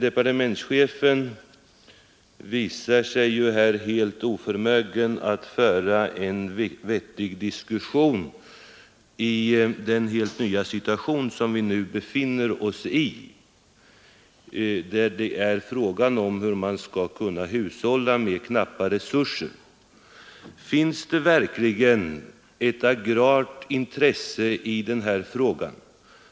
Departementschefen visar sig totalt oförmögen att föra en vettig diskussion i den helt nya situation som vi befinner oss i, där det är fråga om hur man skall kunna hushålla med knappa resurser. Finns det verkligen ett agrart intresse i den här frågan